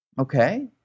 Okay